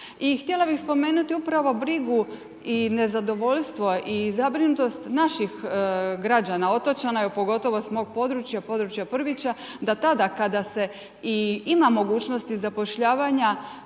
I htjela bih spomenuti upravo brigu i nezadovoljstvo i zabrinutost naših građana, otočana i pogotovo s mog područja, područja Prvića, da tada kada se i ima mogućnosti zapošljavanja